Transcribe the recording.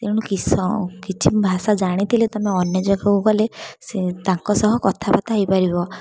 ତେଣୁ କିସ କିଛି ଭାଷା ଜାଣିଥିଲେ ତୁମେ ଅନ୍ୟ ଜାଗାକୁ ଗଲେ ସେ ତାଙ୍କ ସହ କଥାବାର୍ତ୍ତା ହେଇପାରିବ